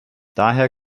daher